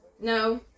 No